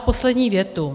Poslední větu.